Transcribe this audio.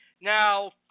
Now